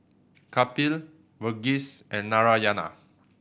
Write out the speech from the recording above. Kapil Verghese and Narayana